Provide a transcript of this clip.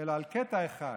אלא על קטע אחד,